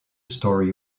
story